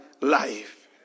life